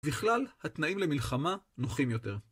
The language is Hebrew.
בכלל, התנאים למלחמה נוחים יותר.